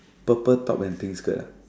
purple top and pink skirt ah